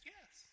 yes